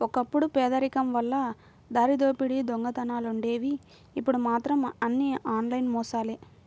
ఒకప్పుడు పేదరికం వల్ల దారిదోపిడీ దొంగతనాలుండేవి ఇప్పుడు మాత్రం అన్నీ ఆన్లైన్ మోసాలే